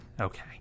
okay